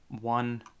One